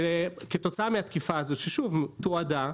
כתוצאה מהתקיפה הזאת שתועדה,